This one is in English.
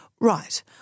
right